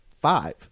five